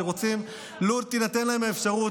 שלו ניתנה להם האפשרות,